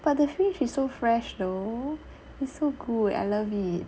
but the fish is so fresh though it's so good I love it